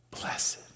Blessed